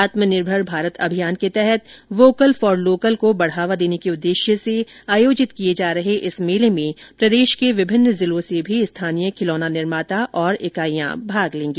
आत्मनिर्भर भारत अभियान के तहत वोकल फॉर लोकल को बढ़ावा देने के उद्देश्य से आयोजित किए जा रहे इस मेले में प्रदेश के विभिन्न जिलों से भी स्थीनय खिलौना निर्माता और इकाइयां भाग लेंगी